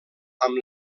amb